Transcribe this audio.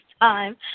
time